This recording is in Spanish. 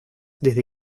desde